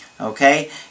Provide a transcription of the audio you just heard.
Okay